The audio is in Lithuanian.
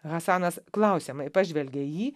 hasanas klausiamai pažvelgė į jį